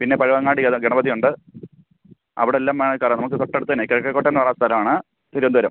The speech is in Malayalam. പിന്നെ പഴവങ്ങാടിയത് ഗണപതിയുണ്ട് അവിടെല്ലമായി കറങ്ങണം ഇത് തൊട്ടടുത്ത് തന്നെ കിഴക്കേ കോട്ട എന്ന് പറഞ്ഞ സ്ഥലമാണ് തിരുവനന്തപുരം